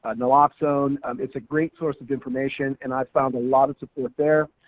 ah naloxone, um it's a great source of information and i've found a lot of support there,